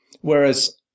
Whereas